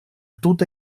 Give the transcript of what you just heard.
tuta